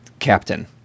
captain